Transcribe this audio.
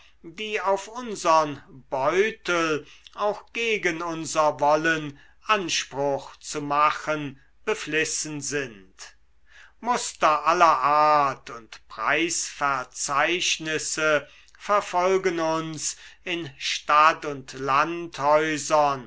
die auf unsern beutel auch gegen unser wollen anspruch zu machen beflissen sind muster aller art und preisverzeichnisse verfolgen uns in stadt und